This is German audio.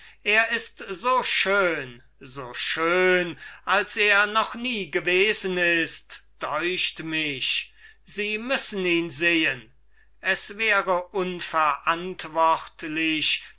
er ist so schön so schön als er noch nie gewesen ist deucht mich ich hätte ihn mit den augen aufessen mögen sie müssen ihn sehen madam das wäre ja unverantwortlich